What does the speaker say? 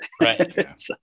Right